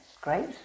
great